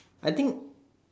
I think